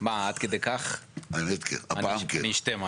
לי עכשיו,